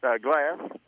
glass